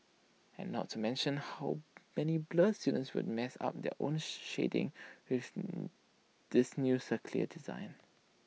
and not to mention how many blur students will mess up their own shading with this new circular design